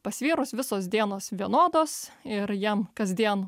pas vyrus visos dienos vienodos ir jam kasdien